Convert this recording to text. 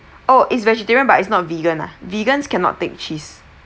oh it's vegetarian but it's not vegan lah vegans cannot take cheese